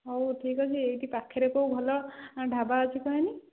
ହଉ ଠିକ୍ ଅଛି ଏଇଠି ପାଖରେ କେଉଁ ଭଲ ଢାବା ଅଛି କହନି